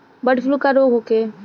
Bird flu का रोग होखे?